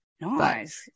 Nice